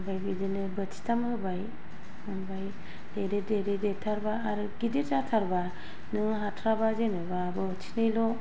ओमफ्राय बिदिनो बोथिथाम होबाय ओमफ्राय देरै देरै देरथारब्ला गिदिर जाथारबा नों हाथ्राब्ला जेनेबा बोथिनैल'